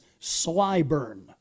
Slyburn